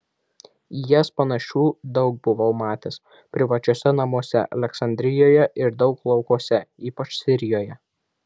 į jas panašių daug buvau matęs privačiuose namuose aleksandrijoje ir daug laukuose ypač sirijoje